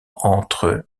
entre